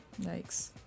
Yikes